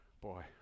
Boy